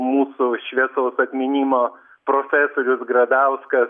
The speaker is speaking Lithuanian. mūsų šviesaus atminimo profesorius gradauskas